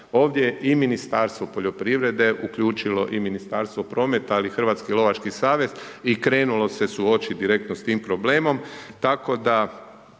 Ovdje i Ministarstvo poljoprivrede uključilo i Ministarstvo prometa, ali i Hrvatski lovački savez i krenulo se suočiti direktno sa tim problem